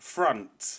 Front